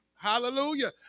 Hallelujah